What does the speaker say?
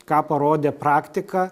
ką parodė praktika